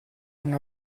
una